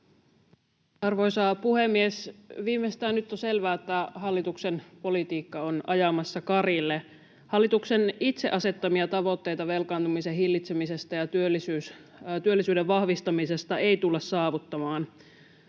Arvoisa puhemies! Viimeistään nyt on selvää, että hallituksen politiikka on ajamassa karille. [Sheikki Laakso: Ei pidä paikkaansa!] Hallituksen itse asettamia tavoitteita velkaantumisen hillitsemisestä ja työllisyyden vahvistamisesta ei tulla saavuttamaan.